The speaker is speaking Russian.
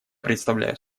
предоставляю